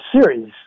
series